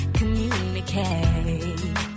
communicate